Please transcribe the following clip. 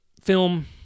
film